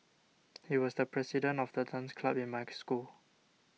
he was the president of the dance club in my school